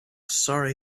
sorry